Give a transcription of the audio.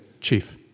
Chief